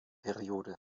periode